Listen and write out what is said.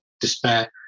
despair